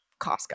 Costco